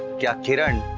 get kiran.